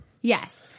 Yes